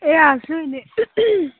এয়া আছোঁ এনে